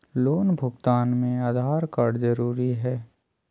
Loan भुगतान में Aadhaar card जरूरी है?